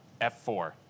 F4